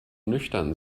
nüchtern